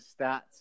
stats